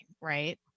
right